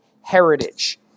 heritage